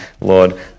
Lord